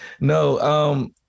No